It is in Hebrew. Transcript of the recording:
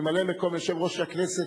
ממלא-מקום יושב-ראש הכנסת,